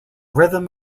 rhythm